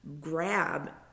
grab